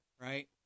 right